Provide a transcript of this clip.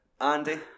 Andy